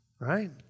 right